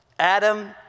Adam